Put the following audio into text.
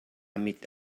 mit